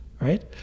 right